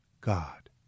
God